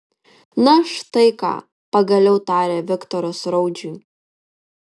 na štai ką pagaliau tarė viktoras raudžiui